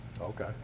Okay